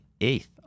eighth